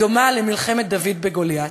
הדומה למלחמת דוד בגוליית.